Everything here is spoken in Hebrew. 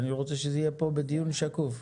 אני רוצה שזה יהיה פה בדיון שקוף.